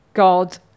God